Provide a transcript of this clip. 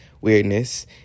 weirdness